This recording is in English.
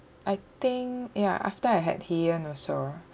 I think ya after I had ian also